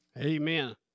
Amen